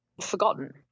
forgotten